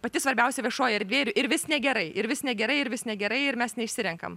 pati svarbiausia viešoji erdvė ir ir vis negerai ir vis negerai ir vis negerai ir mes neišsirenkam